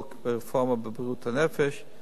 החוק ברפורמה בבריאות הנפש.